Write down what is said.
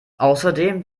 außerdem